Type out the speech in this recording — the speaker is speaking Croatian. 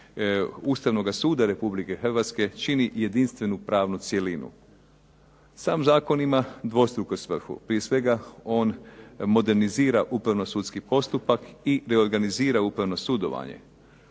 Ustavnoga suda Republike Hrvatske čini jedinstvenu pravnu cjelinu. Sam zakon ima dvostruku svrhu, prije svega on modernizira upravno-sudski postupak i reorganizira upravno sudovanje,